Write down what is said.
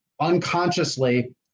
unconsciously